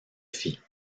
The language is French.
fit